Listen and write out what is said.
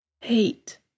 hate